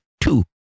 two